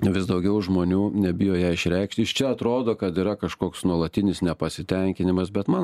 vis daugiau žmonių nebijo ją išreikšti iš čia atrodo kad yra kažkoks nuolatinis nepasitenkinimas bet man